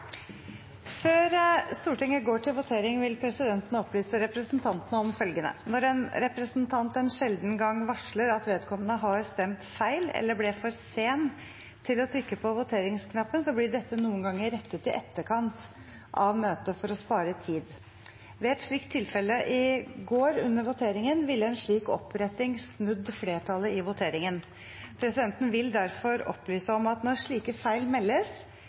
Før Stortinget går til votering vil presidenten opplyse representantene om følgende: Når en representant en sjelden gang varsler at vedkommende har stemt feil eller ble for sen til å trykke på voteringsknappen, blir dette noen ganger rettet i etterkant av møtet for å spare tid. Ved et slikt tilfelle i går under voteringen ville en slik oppretting snudd flertallet i voteringen. Presidenten vil derfor opplyse om at når slike feil meldes,